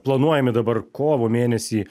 planuojami dabar kovo mėnesį